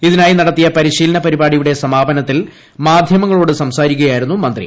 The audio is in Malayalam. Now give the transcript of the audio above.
ഇതിനായി നടത്തിയ പരിശീലന പരിപാടിയുടെ സമാപനത്തിൽ മാധ്യമങ്ങളോട് സംസാരിക്കുകയായിരുന്നു മന്ത്രി